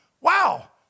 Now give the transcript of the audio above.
wow